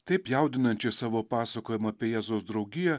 taip jaudinančiai savo pasakojimą apie jėzaus draugiją